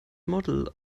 model